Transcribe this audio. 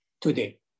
today